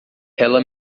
ela